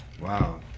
wow